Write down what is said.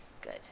Good